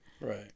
Right